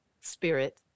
spirit